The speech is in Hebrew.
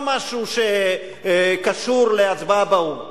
לא משהו שקשור להצבעה באו"ם.